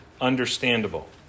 understandable